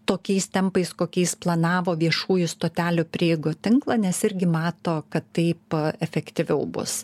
tokiais tempais kokiais planavo viešųjų stotelių prieigų tinklą nes irgi mato kad taip efektyviau bus